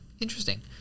Interesting